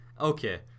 Okay